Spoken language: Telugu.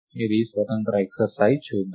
ఇది స్వతంత్ర ఎక్స్ర్సైజ్ చూద్దాం